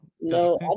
No